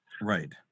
right